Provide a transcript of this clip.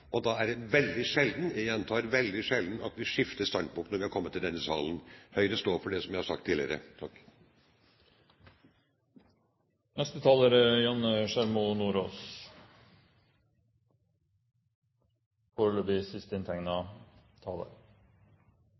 og da er det veldig sjelden – jeg gjentar veldig sjelden – at vi skifter standpunkt når vi har kommet i salen. Høyre står for det som vi har sagt tidligere.